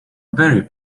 very